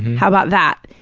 how about that?